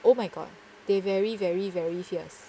oh my god they're very very very fierce